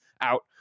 out